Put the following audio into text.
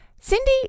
Cindy